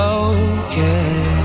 okay